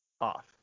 off